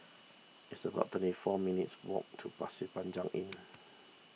it's about twenty four minutes' walk to Pasir Panjang Inn